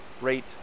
Rate